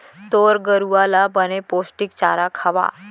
तोर गरूवा ल बने पोस्टिक चारा खवा